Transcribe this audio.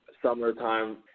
Summertime